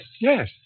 Yes